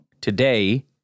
today